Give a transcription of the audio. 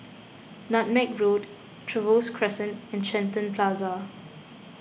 Nutmeg Road Trevose Crescent and Shenton Plaza